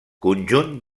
conjunt